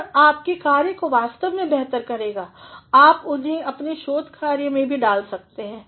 यह आपके कार्य को वास्तव में बेहतर करेगा और आप उन्हें अपने शोध कार्य में भी डाल सकते हैं